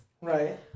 right